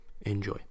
Enjoy